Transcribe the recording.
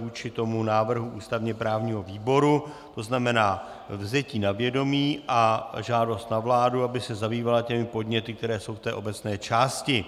vůči návrhu ústavněprávního výboru, to znamená vzetí na vědomí a žádost na vládu, aby se zabývala podněty, které jsou v obecné části.